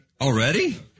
already